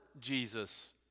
Jesus